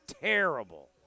terrible